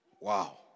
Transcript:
Wow